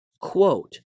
Quote